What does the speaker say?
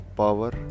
power